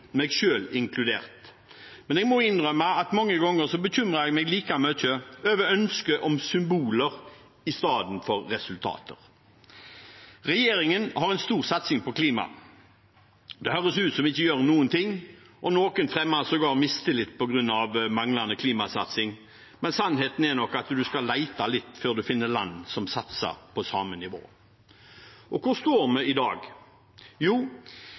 meg selv inkludert. Men jeg må innrømme at mange ganger bekymrer jeg meg like mye over ønsket om symboler i stedet for resultater. Regjeringen har en stor satsing på klima. Det høres ut som om vi ikke gjør noen ting, og noen fremmer sågar mistillit på grunn av manglende klimasatsing, men sannheten er nok at en skal lete litt før en finner land som satser på samme nivå. Hvor står vi i dag? Jo,